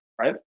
right